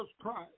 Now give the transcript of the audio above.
Christ